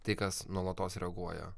tai kas nuolatos reaguoja